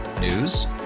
News